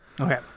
Okay